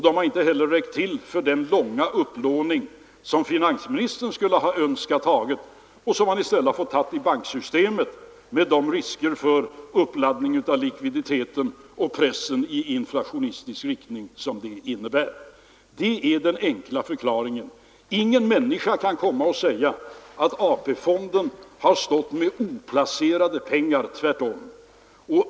De har inte räckt till för den långa upplåning som finansministern skulle ha önskat göra och som han i stället har fått göra i banksystemet, med de risker för uppladdning av likviditet och press i inflationistisk riktning som det innebär. Det är den enkla förklaringen. Ingen människa kan komma och säga att AP-fonden har stått med oplacerade pengar. Tvärtom.